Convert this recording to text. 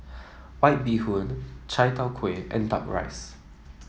White Bee Hoon Chai Tow Kway and duck rice